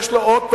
יש לו אוטו,